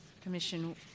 Commission